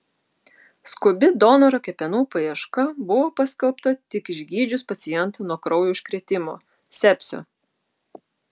skubi donoro kepenų paieška buvo paskelbta tik išgydžius pacientą nuo kraujo užkrėtimo sepsio